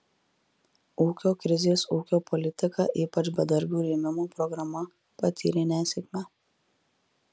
ūkio krizės ūkio politika ypač bedarbių rėmimo programa patyrė nesėkmę